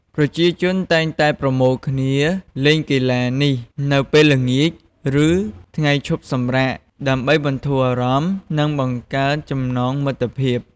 ប្រជាជនតែងតែប្រមូលផ្តុំគ្នាលេងកីឡានេះនៅពេលល្ងាច ឬថ្ងៃឈប់សម្រាក ដើម្បីបន្ធូរអារម្មណ៍ និងបង្កើនចំណងមិត្តភាព។